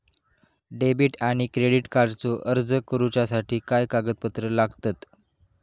Debit आणि credit कार्डचो अर्ज करुच्यासाठी काय कागदपत्र लागतत?